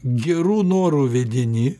gerų norų vedini